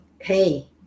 hey